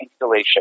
installation